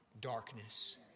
darkness